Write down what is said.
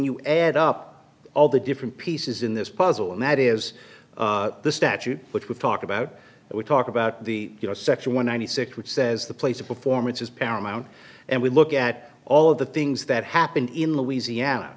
you add up all the different pieces in this puzzle and that is the statute which we talk about we talk about the you know section one hundred six which says the place of performance is paramount and we look at all of the things that happened in louisiana